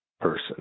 person